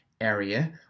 area